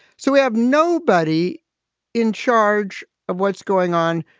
so we have nobody in charge of what's going on,